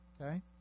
okay